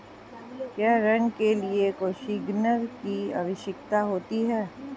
क्या ऋण के लिए कोसिग्नर की आवश्यकता होती है?